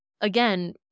Again